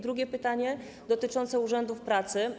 Drugie pytanie dotyczy urzędów pracy.